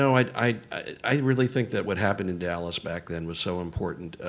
i i really think that what happened in dallas back then was so important.